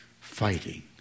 fighting